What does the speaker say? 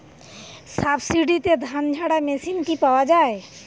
সাবসিডিতে ধানঝাড়া মেশিন কি পাওয়া য়ায়?